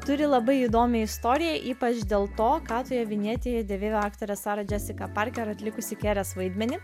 turi labai įdomią istoriją ypač dėl to kad siuvinėtieji dėvėjo aktorė sara džesika parker atlikusi kelias vaidmenį